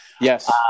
Yes